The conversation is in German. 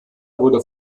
wurde